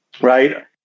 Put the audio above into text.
right